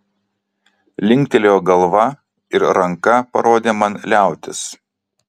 linktelėjo galva ir ranka parodė man liautis